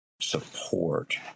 support